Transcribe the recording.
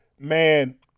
Man